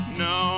no